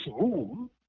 room